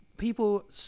People